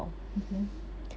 betul